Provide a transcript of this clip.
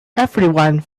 everyone